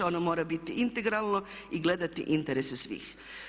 Ono mora biti integralno i gledati interese svih.